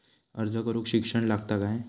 अर्ज करूक शिक्षण लागता काय?